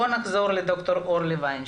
נחזור לד"ר אורלי וינשטיין.